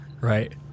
Right